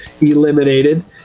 eliminated